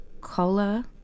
Cola